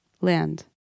land